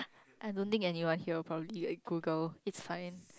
I don't think anyone will probably will add Google it's fine